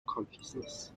consciousness